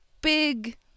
big